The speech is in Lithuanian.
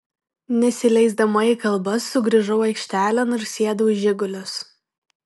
nesileisdama į kalbas sugrįžau aikštelėn ir sėdau į žigulius